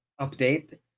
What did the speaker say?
update